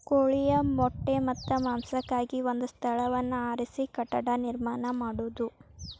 ಕೋಳಿಯ ಮೊಟ್ಟೆ ಮತ್ತ ಮಾಂಸಕ್ಕಾಗಿ ಒಂದ ಸ್ಥಳವನ್ನ ಆರಿಸಿ ಕಟ್ಟಡಾ ನಿರ್ಮಾಣಾ ಮಾಡುದು